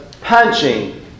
punching